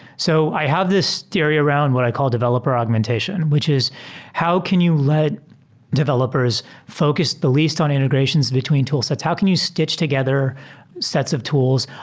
so i have this theory around what i call developer augmentation, which is how can you let developers focus the least on integrations between tool sets? how can you stitch together sets of tools,